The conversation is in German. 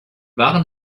waren